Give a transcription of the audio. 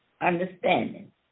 understanding